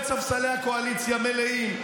אני רואה את ספסלי הקואליציה מלאים,